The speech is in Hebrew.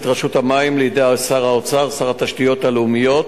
רשות המים לידי שר האוצר ושר התשתיות הלאומיות,